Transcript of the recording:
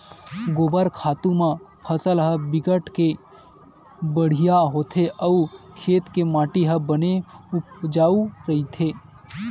गोबर खातू म फसल ह बिकट के बड़िहा होथे अउ खेत के माटी ह बने उपजउ रहिथे